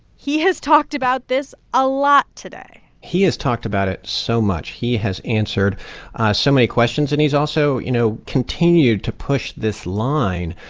he has talked about this a lot today he has talked about it so much. he has answered so many questions. and he's also, you know, continued to push this line,